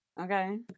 okay